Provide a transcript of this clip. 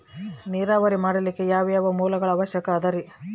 ನೇರಾವರಿ ಮಾಡಲಿಕ್ಕೆ ಯಾವ್ಯಾವ ಮೂಲಗಳ ಅವಶ್ಯಕ ಅದರಿ?